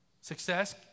Success